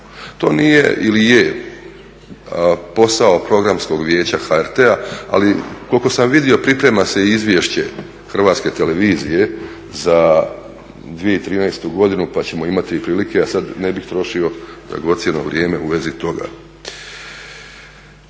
To nije ili je postao Programskog vijeća HRT. Ali koliko sam vidio priprema se i izvješće Hrvatske televizije za 2013.godinu pa ćemo imati i prilike, a sad ne bih trošio dragocjeno vrijeme u vezi toga.